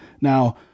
Now